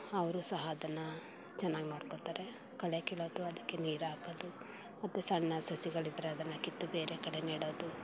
ಅವರು ಸಹ ಅದನ್ನು ಚೆನ್ನಾಗಿ ನೋಡ್ಕೊಳ್ತಾರೆ ಕಳೆ ಕೀಳೋದು ಅದಕ್ಕೆ ನೀರು ಹಾಕೋದು ಮತ್ತು ಸಣ್ಣ ಸಸಿಗಳಿದ್ದರೆ ಅದನ್ನು ಕಿತ್ತು ಬೇರೆ ಕಡೆ ನೆಡೋದು